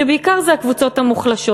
שבעיקר זה הקבוצות המוחלשות.